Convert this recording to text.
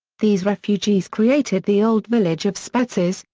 these refugees created the old village of spetses,